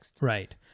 Right